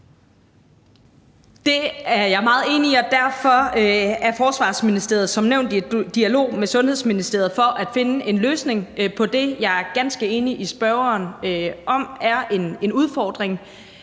Det er jeg meget enig i. Derfor er Forsvarsministeriet som nævnt i dialog med Sundhedsministeriet for at finde en løsning på det, som jeg er ganske enig med spørgeren i er en udfordring.